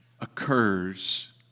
occurs